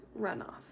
runoff